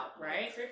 Right